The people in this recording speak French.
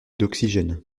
d’oxygène